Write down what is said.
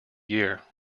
year